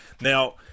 Now